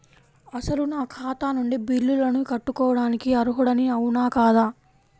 అసలు నా ఖాతా నుండి బిల్లులను కట్టుకోవటానికి అర్హుడని అవునా కాదా?